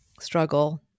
struggle